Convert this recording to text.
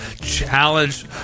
Challenge